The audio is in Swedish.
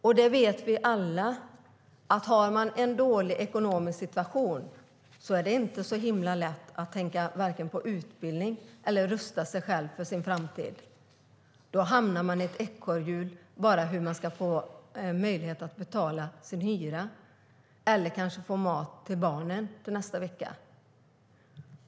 Och vi vet alla att om man har en dålig ekonomisk situation är det inte lätt att tänka på vare sig utbildning eller att rusta sig själv för sin framtid. Då hamnar man i ett ekorrhjul där det bara gäller hur man ska få möjlighet att betala sin hyra eller kanske få mat till barnen nästa vecka.